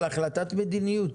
אבל החלטת מדיניות,